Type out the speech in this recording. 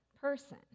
person